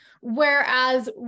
Whereas